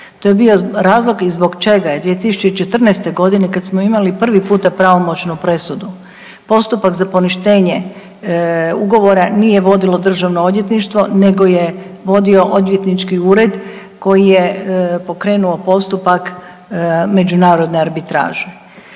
To je bio razlog i zbog čega je 2014. godine kad smo imali prvi puta pravomoćnu presudu postupak za poništenje ugovora nije vodilo državno odvjetništvo nego je vodio odvjetnički ured koji je pokrenuo postupak međunarodne arbitraže.